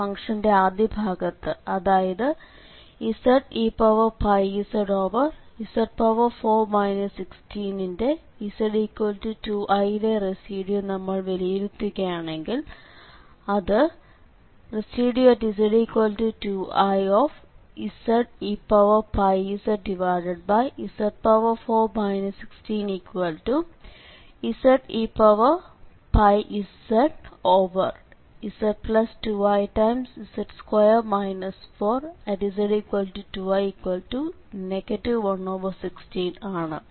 ഫംഗ്ഷന്റെ ആദ്യഭാഗത്ത് അതായത് zeπzz4 16 ന്റെ z2i ലെ റെസിഡ്യൂ നമ്മൾ വിലയിരുത്തുകയാണെങ്കിൽ അത് Resz2izeπzz4 16zeπzz2iz2 4|z2i 116 ആണ്